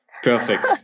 Perfect